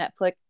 Netflix